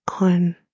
on